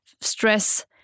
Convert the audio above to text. stress